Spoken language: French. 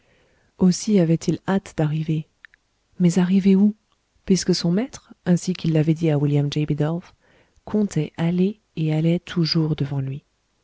aussi avait-il hâte d'arriver mais arriver où puisque son maître ainsi qu'il l'avait dit à william j bidulph comptait aller et allait toujours devant lui